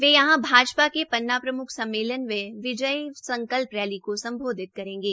वे यहां भाजपा के पन्ना प्रम्ख सम्मेलन व विजय संकल्प रैली को सम्बोधित करेंगे